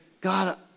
God